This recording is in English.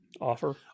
offer